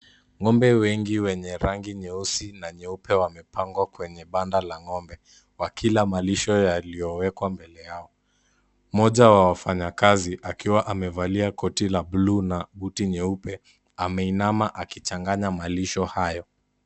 Ng'ombe wengi wenye rangi nyeusi na nyeupe wamepangwa kwenye banda la ng'ombe, wakila malisho yaliyowekwa mbele yao. Moja wa wafanyakazi akiwa amevalia koti la bluu na buti nyeupe ameinama akichanganya malisho hayo.